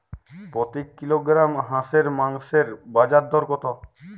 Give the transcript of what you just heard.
প্রতি কিলোগ্রাম হাঁসের মাংসের বাজার দর কত?